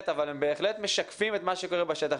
אבל הם בהחלט משקפים את מה שקורה בשטח.